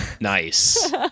Nice